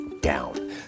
down